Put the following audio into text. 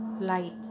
light